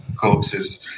corpses